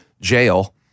jail